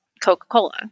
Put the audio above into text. coca-cola